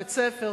בית-ספר,